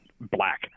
black